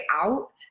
out